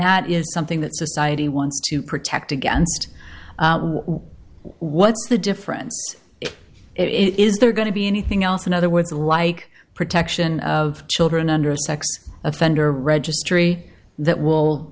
that is something that society wants to protect against what's the difference if it is there going to be anything else in other words like protection of children under a sex offender registry that will